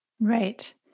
Right